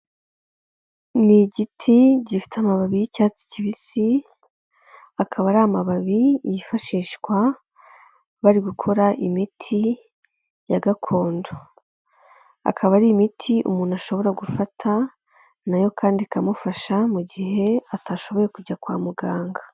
Ni igiti gifite amababi y'icyatsi kibisi, akaba ari amababi yifashishwa bari gukora imiti ya gakondo. Akaba ari imiti umuntu ashobora gufata, na yo kandi ikamufasha mu gihe atashoboye kujya kwa muganga.